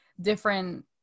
different